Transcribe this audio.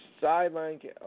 sideline